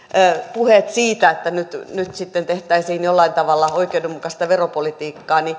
puheet siitä että nyt nyt sitten tehtäisiin jollain tavalla oikeudenmukaista veropolitiikkaa